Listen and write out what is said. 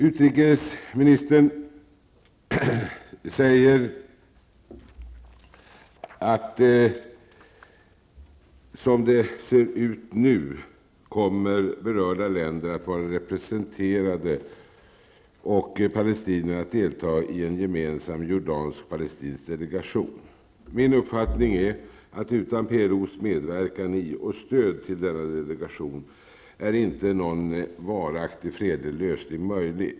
Utrikesministern säger att berörda länder, som det nu ser ut, kommer att vara representerade och att palestinierna kommer att delta i en gemensam jordansk-palestinsk delegation. Enligt min uppfattning kommer inte någon varaktig lösning att vara möjlig utan PLOs medverkan i och stöd till denna delegation.